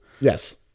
Yes